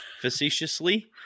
facetiously